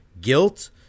guilt